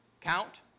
Count